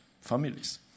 families